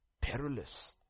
Perilous